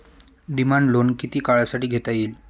Demand loan किती काळासाठी घेता येईल?